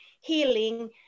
healing